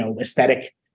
aesthetic